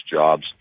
jobs